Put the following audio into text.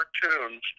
cartoons